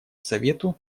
совету